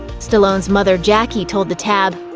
stallone's mother, jackie, told the tab,